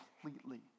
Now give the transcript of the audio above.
completely